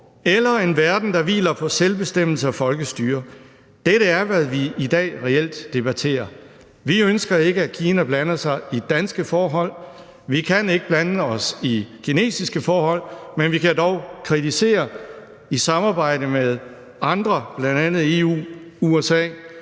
eller en verden, der hviler på selvbestemmelse og folkestyre. Dette er, hvad vi i dag reelt debatterer. Vi ønsker ikke, at Kina blander sig i danske forhold. Vi kan ikke blande os i kinesiske forhold, men vi kan dog kritisere i samarbejde med andre, bl.a. EU, USA